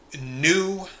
new